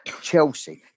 Chelsea